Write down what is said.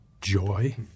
joy